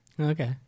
Okay